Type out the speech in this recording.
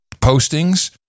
postings